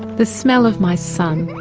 the smell of my son,